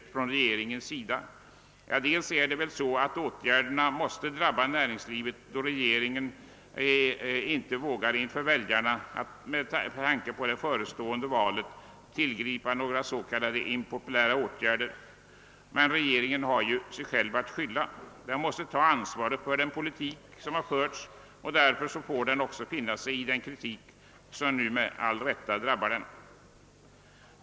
Ja, delvis är väl förklaringen att regeringen måste välja åtgärder som drabbar näringslivet eftersom den av feghet inför väljarna med tanke på det förestående valet inte vågar vidtaga några impopulära åtgärder. Men regeringen har sig själv att skylla. Den måste ta ansvaret för den politik som har förts och får därför också finna sig i den kritik som nu med all rätt drabbar denna.